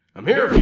i'm here